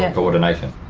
and coordination.